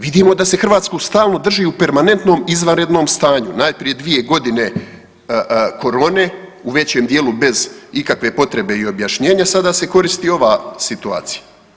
Vidimo da se Hrvatsku stalno drži u permanentnom izvanrednom stanju, najprije 2 godine korone, u većem dijelu bez ikakve potrebe i objašnjenja, sada se koristi ova situacija.